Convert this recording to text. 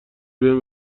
بهم